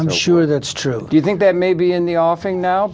i'm sure that's true you think that maybe in the offing now